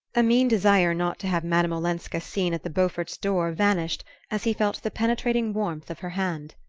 a mean desire not to have madame olenska seen at the beauforts' door vanished as he felt the penetrating warmth of her hand.